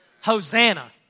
Hosanna